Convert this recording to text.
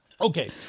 Okay